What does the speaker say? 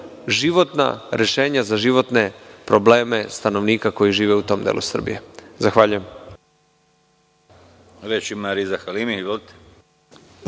životna rešenja za životne probleme stanovnika koji žive u tom delu Srbije. Zahvaljujem.